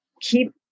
keep